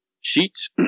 sheets